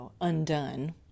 undone